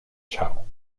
chao